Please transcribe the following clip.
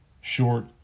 short